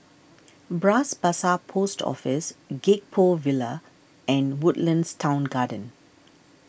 Bras Basah Post Office Gek Poh Ville and Woodlands Town Garden